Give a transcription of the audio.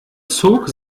zog